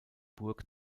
burg